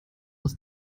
aus